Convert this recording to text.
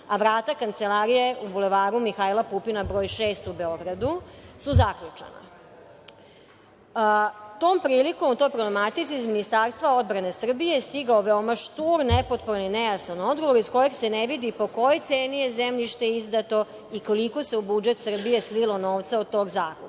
a vrata kancelarije u Bulevaru Mihaila Pupina broj 6. u Beogradu su zaključana. Tom prilikom u toj problematici iz Ministarstva odbrane Srbije stigao je veoma štur i nepotpun i nejasan odgovor iz kojeg se ne vidi po kojoj ceni je zemljište izdato i koliko se u budžet Srbije slilo novca od tog zakupa. Na